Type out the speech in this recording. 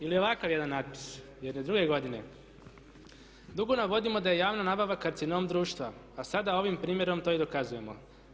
Ili ovakav jedan natpis, jedne druge godine, dugo navodimo da je javna nabava karcinom društva a sada ovim primjerom to i dokazujemo.